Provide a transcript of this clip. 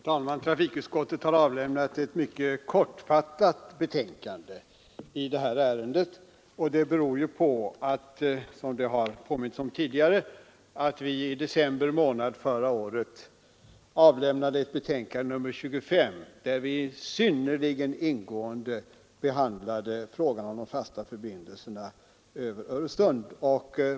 Herr talman! Trafikutskottet har avlämnat ett mycket kortfattat betänkande i det här ärendet, och detta beror på att vi — som det har påmints om tidigare — i december månad förra året avgav ett betänkande, nr 25, där vi synnerligen ingående behandlade frågan om de fasta förbindelserna över Öresund.